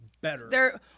better